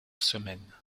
semaine